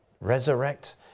resurrect